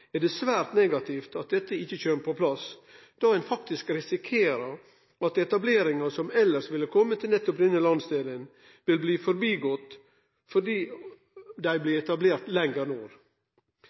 er det svært negativt at dette ikkje kjem på plass, då ein faktisk risikerer ei forbigåing ved at etableringane som elles ville kome til nettopp denne landsdelen,